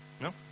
No